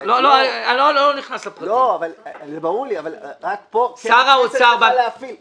בנוסח הזה כתוב שצריך להפעיל